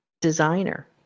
designer